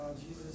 Jesus